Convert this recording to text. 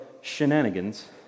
shenanigans